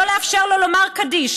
לא לאפשר לו לומר קדיש,